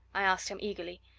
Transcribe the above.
i asked him eagerly.